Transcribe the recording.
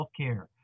healthcare